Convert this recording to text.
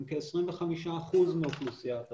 הם כ-25% מאוכלוסיית העולים,